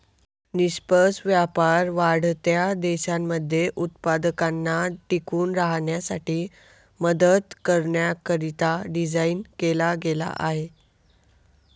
निष्पक्ष व्यापार वाढत्या देशांमध्ये उत्पादकांना टिकून राहण्यासाठी मदत करण्याकरिता डिझाईन केला गेला आहे